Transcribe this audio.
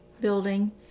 building